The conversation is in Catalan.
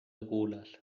gules